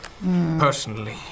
personally